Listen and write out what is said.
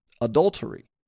adultery